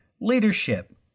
leadership